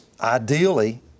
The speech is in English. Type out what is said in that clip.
Ideally